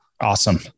awesome